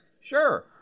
sure